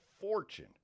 fortune